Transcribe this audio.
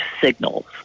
signals